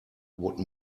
would